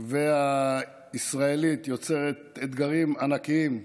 והישראלית יוצר אתגרים ענקיים,